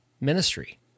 ministry